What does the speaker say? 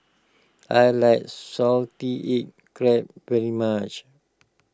I like Salted Egg Crab very much